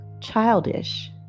childish